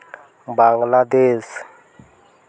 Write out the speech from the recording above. ᱵᱟᱝᱞᱟᱫᱮ ᱥ